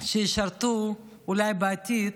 שישרתו אולי בעתיד